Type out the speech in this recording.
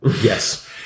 Yes